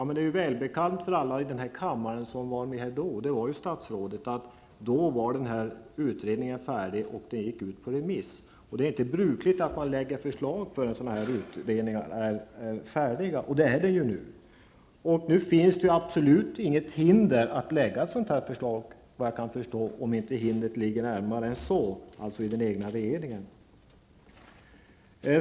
Men det är välbekant för alla som var med i den här kammaren då -- och det var ju statsrådet -- att utredningen då var färdig och gick ut på remiss. Det är inte brukligt att man lägger fram förslag förrän en sådan utredning är färdig. Det är den ju nu, och nu finns det absolut inget hinder mot att lägga fram ett förslag, såvitt jag kan förstå, om inte hindret ligger närmare -- alltså i den egna regeringen.